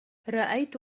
رأيت